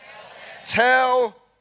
Tell